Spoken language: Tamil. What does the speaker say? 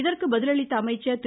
இதற்கு பதிலளித்த அமைச்சர் திரு